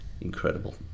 incredible